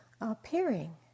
Appearing